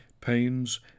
pains